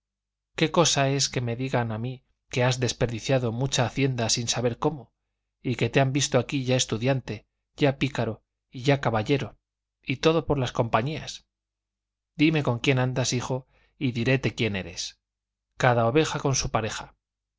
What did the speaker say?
qué cosa es que me digan a mí que has desperdiciado mucha hacienda sin saber cómo y que te han visto aquí ya estudiante ya pícaro y ya caballero y todo por las compañías dime con quién andas hijo y diréte quién eres cada oveja con su pareja